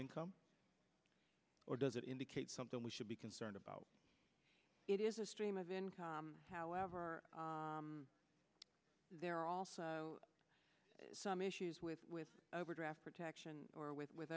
income or does it indicate something we should be concerned about it is a stream of income however there are also some issues with with overdraft protection or with with